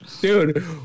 Dude